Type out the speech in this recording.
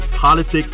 politics